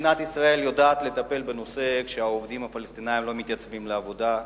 מדינת ישראל יודעת לטפל בנושא כשהעובדים הפלסטינים לא מתייצבים לעבודה,